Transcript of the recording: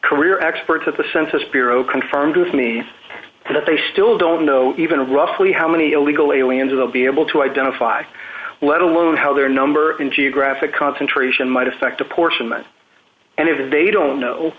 career experts at the census bureau confirmed with me that they still don't know even roughly how many illegal aliens will be able to identify let alone how their number in geographic concentration might affect apportionment and if they don't know